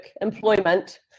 employment